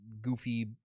goofy